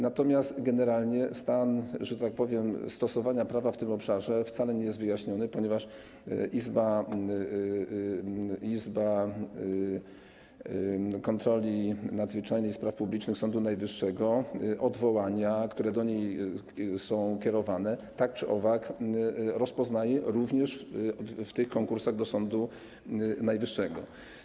Natomiast generalnie stan, że tak powiem, stosowania prawa w tym obszarze wcale nie jest wyjaśniony, ponieważ Izba Kontroli Nadzwyczajnej i Spraw Publicznych Sądu Najwyższego odwołania, które do niej są kierowane, tak czy owak rozpoznaje również w tych konkursach do Sądu Najwyższego.